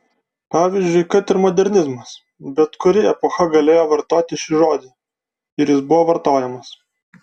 pavyzdžiui kad ir modernizmas bet kuri epocha galėjo vartoti šį žodį ir jis buvo vartojamas